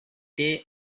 day